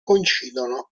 coincidono